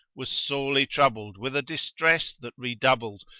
was sorely troubled with a distress that redoubled,